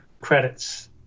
credits